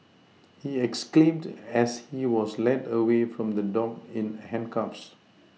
he exclaimed as he was led away from the dock in handcuffs